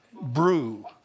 brew